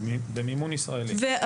במימון ישראלי.